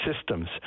systems